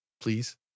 please